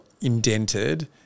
indented